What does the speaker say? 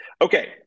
Okay